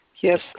Yes